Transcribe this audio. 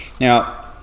Now